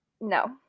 No